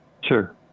Sure